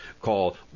Call